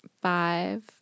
five